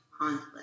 conflict